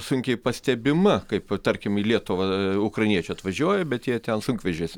sunkiai pastebima kaip tarkim į lietuvą ukrainiečiai atvažiuoja bet jie ten sunkvežiais